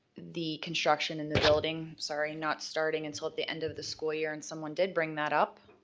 the construction in the building, sorry, not starting until the end of the school year and someone did bring that up.